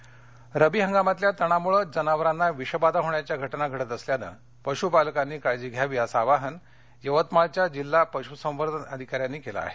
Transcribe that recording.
विषवाधा यवतमाळ रब्बी हंगामातल्या तणामुळे जनावरांना विषबाधा होण्याच्या घटना घडत असल्याने पशुपालकांनी काळजी घ्यावी असं आवाहन यवतमाळच्या जिल्हा पश्संवर्धन अधिकाऱ्यांनी केलं आहे